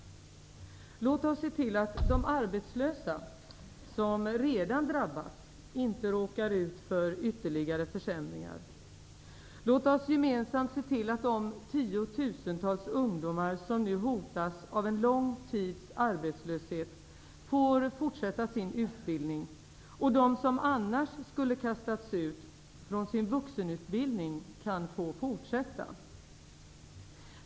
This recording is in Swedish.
Låt oss se till att de arbetslösa, som redan har drabbats, inte råkar ut för ytterligare försämringar. Låt oss gemensamt se till att de tiotusentals ungdomar som nu hotas av en lång tids arbetslöshet får fortsätta sin utbildning och att de som annars skulle ha kastats ut från sin vuxenutbildning kan få fortsätta.